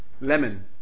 lemon